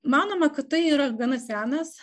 manoma kad tai yra gana senas